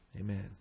Amen